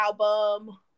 album